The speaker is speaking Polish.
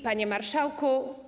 Panie Marszałku!